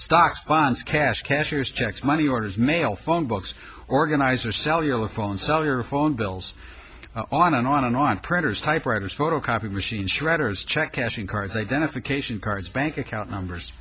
stocks bonds cash cancer's checks money orders mail phone books organizer cellular phone cellular phone bills on and on and on printers typewriters photocopy machine shredders check cashing cards they benefit cation cards bank account numbers